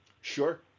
Sure